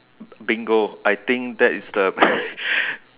bingo I think that is the